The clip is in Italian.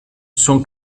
son